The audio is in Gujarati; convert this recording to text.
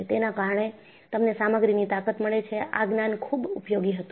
તેના કારણે તમને સામગ્રીની તાકત મળે છે આ જ્ઞાન ખુબ ઉપયોગી હતું